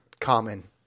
common